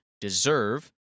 deserve